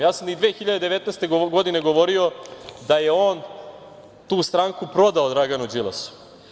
Ja sam i 2019. godine govorio da je on tu stranku prodao Draganu Đilasu.